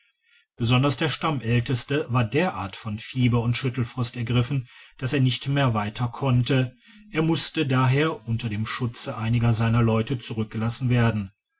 besonders der stammälteste war derart von fieber und schüttelfrost ergriffen dass er nicht mehr weiter konnte er musste daher unter dem schutze einiger seiner leute zurückgelassen werden